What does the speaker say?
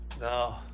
No